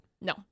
No